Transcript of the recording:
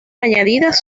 añadidas